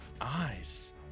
eyes